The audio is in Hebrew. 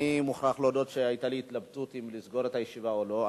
אני מוכרח להודות שהיתה לי התלבטות אם לסגור את הישיבה או לא,